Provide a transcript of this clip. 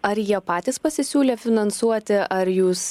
ar jie patys pasisiūlė finansuoti ar jūs